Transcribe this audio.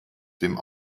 dem